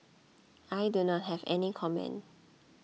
I do not have any comment